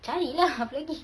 cari lah apa lagi